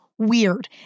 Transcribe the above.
weird